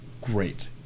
great